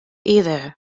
either